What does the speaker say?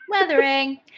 Weathering